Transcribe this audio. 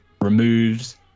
removes